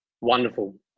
Wonderful